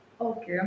okay